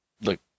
look